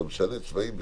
אתה משנה צבעים בשבוע,